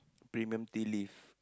premium tea leaf